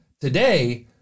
Today